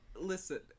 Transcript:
Listen